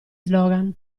slogan